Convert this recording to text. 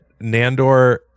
Nandor